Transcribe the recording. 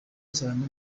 cyane